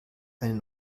einen